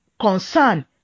concern